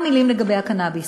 כמה מילים לגבי הקנאביס: